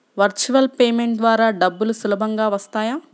Virtual payment ద్వారా డబ్బులు సులభంగా వస్తాయా?